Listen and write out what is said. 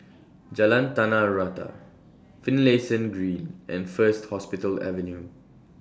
Jalan Tanah Rata Finlayson Green and First Hospital Avenue